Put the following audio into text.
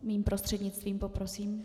Mým prostřednictvím, poprosím.